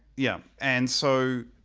yeah and so